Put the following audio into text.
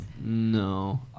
no